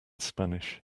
spanish